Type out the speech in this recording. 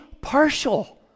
partial